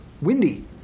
windy